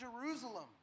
Jerusalem